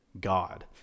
God